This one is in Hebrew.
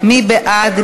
שבמקום לפתור בעיות,